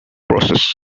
process